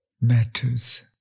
matters